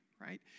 right